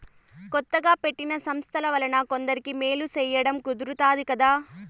కొత్తగా పెట్టిన సంస్థల వలన కొందరికి మేలు సేయడం కుదురుతాది కదా